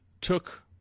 took